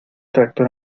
tractor